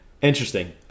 Interesting